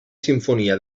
simfonia